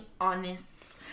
honest